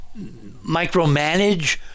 Micromanage